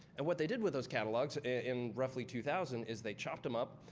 and what they did with those catalogs in roughly two thousand is, they chopped them up,